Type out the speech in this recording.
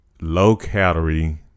low-calorie